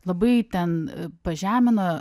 labai ten pažemino